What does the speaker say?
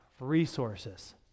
resources